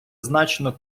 значно